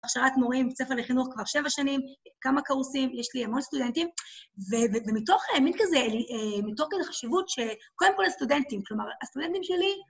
הכשרת מורים, בית ספר לחינוך כבר שבע שנים, כמה קורסים, יש לי המון סטודנטים. ומתוך מין כזה, מתוך החשיבות שקודם כל הסטודנטים, כלומר, הסטודנטים שלי...